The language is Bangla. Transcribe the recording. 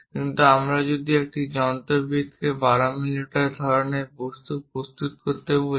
কিন্তু আমরা যদি একজন যন্ত্রবিদকে 12 মিমি ধরণের বস্তু প্রস্তুত করতে বলি